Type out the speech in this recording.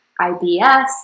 IBS